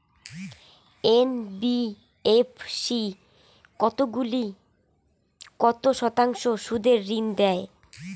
NBFC কতগুলি কত শতাংশ সুদে ঋন দেয়?